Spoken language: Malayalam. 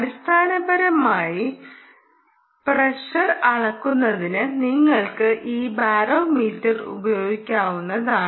അടിസ്ഥാനപരമായി പ്രഷർ അളക്കുന്നതിന് നിങ്ങൾക്ക് ഈ ബാരോമീറ്റർ ഉപയോഗിക്കാവുന്നതാണ്